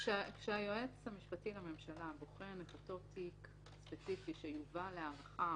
כשהיועץ המשפטי לממשלה בוחן את אותו תיק ספציפי שיובא להארכה,